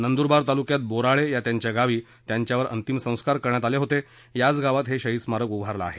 नंदुरबार तालुक्यात बोराळे या त्यांच्या गावी त्यांच्यावर अंतिम संस्कार करण्यात आले होते याच गावात हे शहिद स्मारक उभारलं आहे